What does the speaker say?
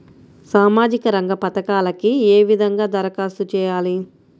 సామాజిక రంగ పథకాలకీ ఏ విధంగా ధరఖాస్తు చేయాలి?